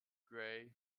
gray